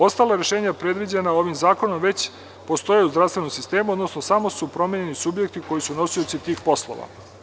Ostala rešenja predviđena ovim zakonom već postoje u zdravstvenom sistemu, odnosno samo su promenjeni subjekti koji su nosioci tih poslova.